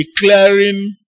declaring